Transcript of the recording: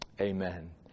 amen